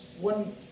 one